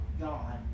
God